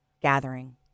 gathering